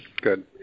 good